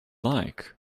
like